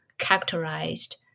characterized